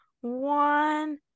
one